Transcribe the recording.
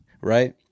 right